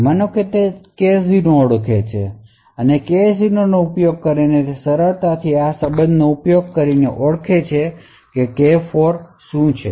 માનો કે તે K0 ને ઓળખે છે અને K0 નો ઉપયોગ કરીને તે સરળતાથી આ સંબંધનો ઉપયોગ કરીને ઓળખી K4 ને ઓળખી શકે છે